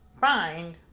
find